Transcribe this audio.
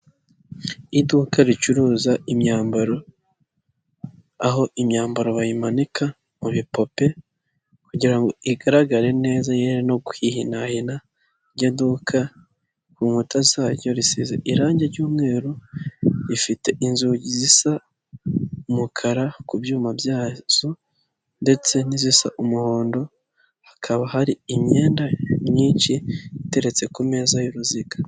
Iduka ricuruza imyambaro, aho imyambaro bayimanika mu bipupe kugira ngo igaragare neza yere no kwihinahina. Iryo duka ku nkuta zaryo risize irangi ry'umweru, rifite inzugi zisa umukara ku byuma byazo ndetse n'izisa umuhondo, hakaba hari imyenda myinshi iteretse ku meza y'uruziga.